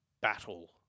battle